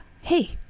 hey